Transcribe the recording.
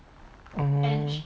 orh